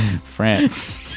France